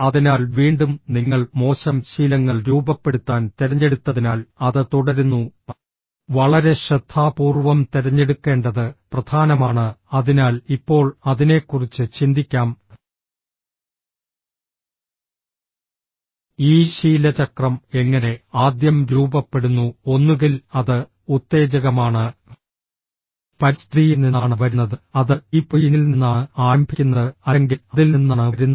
അതിനാൽ വീണ്ടും നിങ്ങൾ മോശം ശീലങ്ങൾ രൂപപ്പെടുത്താൻ തിരഞ്ഞെടുത്തതിനാൽ അത് തുടരുന്നു വളരെ ശ്രദ്ധാപൂർവ്വം തിരഞ്ഞെടുക്കേണ്ടത് പ്രധാനമാണ് അതിനാൽ ഇപ്പോൾ അതിനെക്കുറിച്ച് ചിന്തിക്കാം ഈ ശീലചക്രം എങ്ങനെ ആദ്യം രൂപപ്പെടുന്നു ഒന്നുകിൽ അത് ഉത്തേജകമാണ് പരിസ്ഥിതിയിൽ നിന്നാണ് വരുന്നത് അത് ഈ പോയിന്റിൽ നിന്നാണ് ആരംഭിക്കുന്നത് അല്ലെങ്കിൽ അതിൽ നിന്നാണ് വരുന്നത്